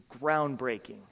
groundbreaking